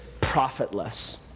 profitless